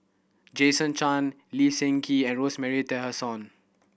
Jason Chan Lee Seng Gee and Rosemary Tessensohn